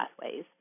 pathways